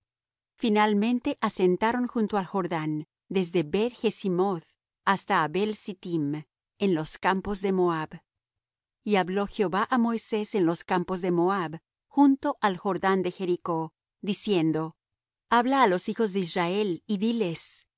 finalmente asentaron junto al jordán desde beth jesimoth hasta abel sitim en los campos de moab y habló jehová á moisés en los campos de moab junto al jordán de jericó diciendo habla á los hijos de israel y diles